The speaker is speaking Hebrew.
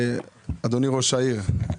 אדוני ראש העיר,